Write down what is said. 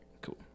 Cool